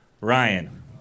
Ryan